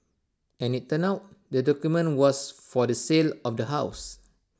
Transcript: as IT turned out the document was for the sale of the house